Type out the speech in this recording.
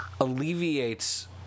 alleviates